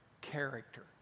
Character